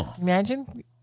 Imagine